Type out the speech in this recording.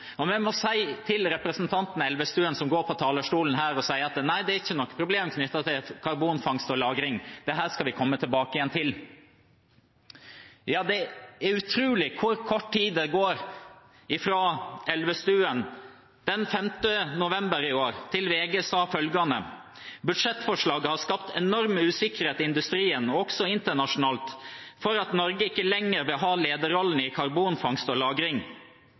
må si til representanten Elvestuen, som går på talerstolen her og sier at det ikke er noe problem knyttet til karbonfangst og -lagring, at dette skal de komme tilbake til: Det er utrolig hvor kort tid det har gått siden Elvestuen den 5. november i år sa følgende til VG: «Budsjettforslaget har skapt enorm usikkerhet i industrien, og også internasjonalt, for at Norge ikke lenger vil ha lederrollen i karbonfangst og lagring.»